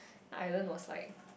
I don't know slide